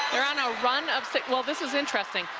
they're on a run of well, this is interesting.